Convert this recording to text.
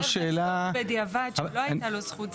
שאלה --- בדיעבד שלא הייתה לו זכות,